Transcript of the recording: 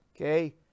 okay